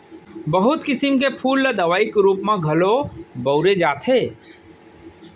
बहुत किसम के फूल ल दवई के रूप म घलौ बउरे जाथे